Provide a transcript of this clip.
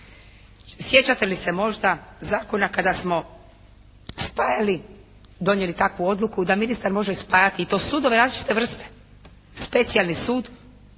Sjećate li se možda zakona kada smo spajali, donijeli takvu odluku da ministar može spajati i to sudove različite vrste. Specijalni sud